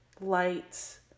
lights